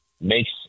makes